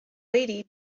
lady